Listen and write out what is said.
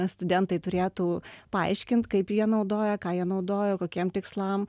studentai turėtų paaiškint kaip jie naudoja ką jie naudoja kokiem tikslam